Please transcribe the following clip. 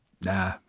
nah